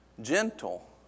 gentle